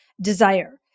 desire